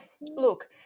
look